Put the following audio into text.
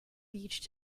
beach